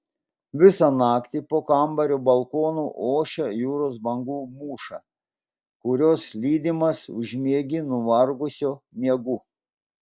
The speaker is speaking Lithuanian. visą naktį po kambario balkonu ošia jūros bangų mūša kurios lydimas užmiegi nuvargusio miegu